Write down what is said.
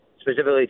specifically